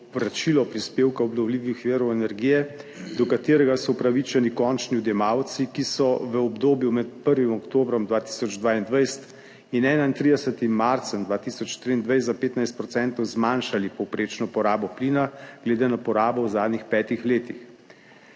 povračilo prispevka obnovljivih virov energije, do katerega so upravičeni končni odjemalci, ki so v obdobju med 1. oktobrom 2022 in 31. marcem 2023 za 15 % zmanjšali povprečno porabo plina glede na porabo v zadnjih petih letih.